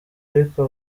ariko